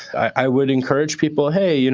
i would encourage people hey, you know